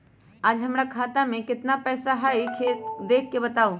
आज हमरा खाता में केतना पैसा हई देख के बताउ?